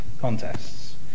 contests